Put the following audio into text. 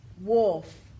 wolf